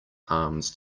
alms